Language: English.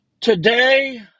Today